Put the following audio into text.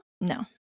no